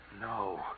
No